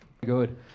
good